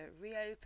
reopen